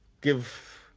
give